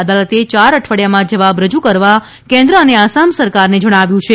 અદાલતે ચાર અઠવાડિયામાં જવાબ રજુ કરવા કેન્દ્ર અને આસામ સરકારને જણાવ્યું છે